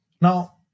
Now